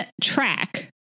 track